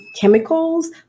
Chemicals